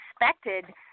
expected –